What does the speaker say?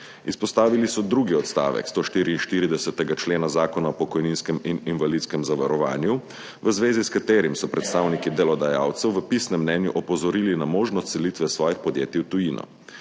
Izpostavili so drugi odstavek 144. člena Zakona o pokojninskem in invalidskem zavarovanju, v zvezi s katerim so predstavniki delodajalcev v pisnem mnenju opozorili na možnost selitve svojih podjetij v tujino.